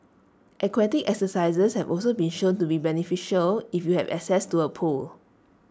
aquatic exercises have also been shown to be beneficial if you have access to A pool